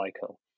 cycle